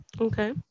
Okay